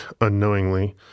unknowingly